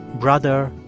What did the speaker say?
brother,